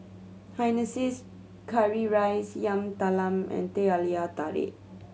hainanese curry rice Yam Talam and Teh Halia Tarik